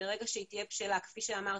וברגע שהיא תהיה בשלה כי שאמרתי,